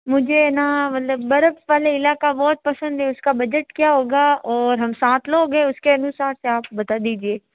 मुझे ना मतलब बर्फ वाले इलाका बहुत पसंद है उसका बजट क्या होगा और हम सात लोग है उसके अनुसार से आप बता दीजिए